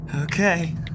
Okay